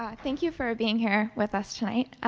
um thank you for being here with us tonight.